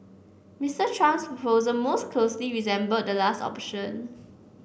Mister Trump's proposal most closely resembled the last option